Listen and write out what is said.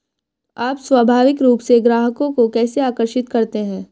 आप स्वाभाविक रूप से ग्राहकों को कैसे आकर्षित करते हैं?